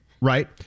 Right